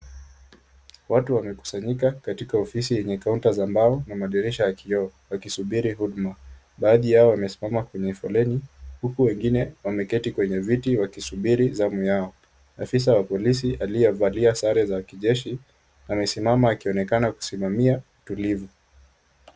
Watu wamekusanyika katika ofisi yenye kaunta za mbao na madirisha ya kioo wakisubiri huduma. Baadhi yao wamesimama kwenye foleni, huku wengine wameketi kwenye viti wakisubiri zamu yao. Afisa wa polisi aliyevalia sare za kijeshi amesimama akionekana kusimamia utulivu.